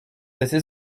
assez